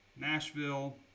Nashville